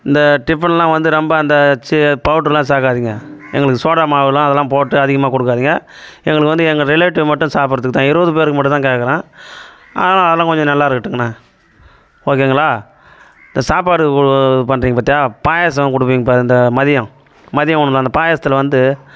இந்த டிஃபன்னெலாம் வந்து ரொம்ப அந்த சி பவுடரெலாம் சேர்க்காதீங்க எங்களுக்கு சோடாமாவுலெலாம் அதெல்லாம் போட்டு அதிகமாக கொடுக்காதீங்க எங்களுக்கு வந்து எங்கள் ரிலேட்டிவ் மட்டும் சாப்பிட்றதுக்குதான் இருபது பேருக்கு மட்டும் தான் கேட்குறேன் ஆ அதனால் கொஞ்சம் நல்லா இருக்கட்டுங்கண்ணே ஓகேங்களா இந்த சாப்பாடு போ பண்ணுறீங்க பார்த்தியா பாயாசம் கொடுக்குறீங்க பார் இந்த மதியம் மதியம் உணவில் அந்த பாயாசத்தில் வந்து